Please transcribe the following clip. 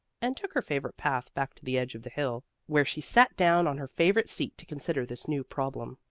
and took her favorite path back to the edge of the hill, where she sat down on her favorite seat to consider this new problem.